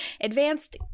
Advanced